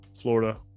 Florida